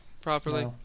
properly